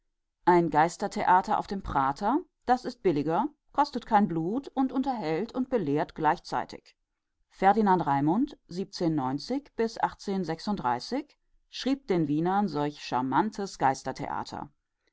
ein geistertheater auf dem prater das ist billiger kostet kein blut und unterhält und belehrt gleichzeitig ferdinand schrieb den wienern solch scharmantes